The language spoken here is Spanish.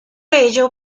ello